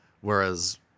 Whereas